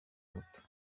muto